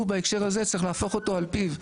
בהקשר הזה צריך להפוך אותו על פיו,